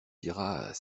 diras